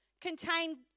contain